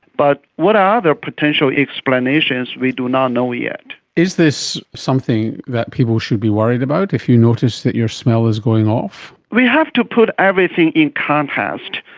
but what are the potential explanations, we do not know yet. is this something that people should be worried about, if you notice that your smell is going off? we have to put everything in context.